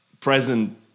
present